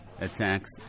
attacks